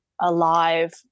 alive